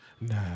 Nah